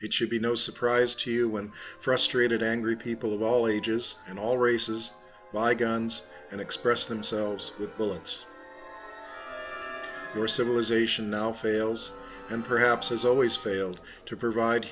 it should be no surprise to you when frustrated angry people of all ages and all races buy guns and express themselves with bullets or civilization now fails and perhaps as always failed to provide